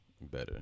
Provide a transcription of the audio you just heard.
better